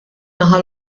naħa